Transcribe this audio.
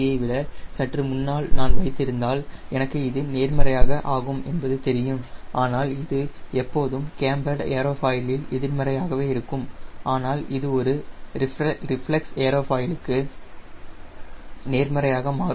யை விட சற்று முன்னால் நான் வைத்திருந்தால் எனக்கு இது நேர்மறையாக ஆகும் என்பது தெரியும் ஆனால் இது எப்போதும் கேம்பர்டு ஏரோஃபாயில் இல் எதிர்மறையாகவே இருக்கும் ஆனால் இது ஒரு ரிஃப்லெக்ஸ் ஏரோஃபாயிலுக்கு நேர்மறையாக மாறும்